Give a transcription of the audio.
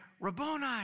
Rabboni